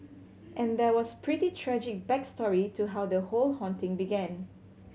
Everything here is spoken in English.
and there was pretty tragic back story to how the whole haunting began